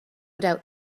doubt